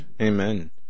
Amen